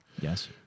yes